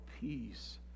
peace